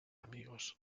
amigos